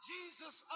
Jesus